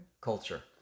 culture